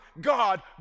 God